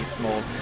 more